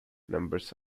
numbers